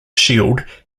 shield